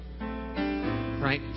right